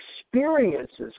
experiences